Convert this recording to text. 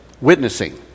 witnessing